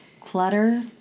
clutter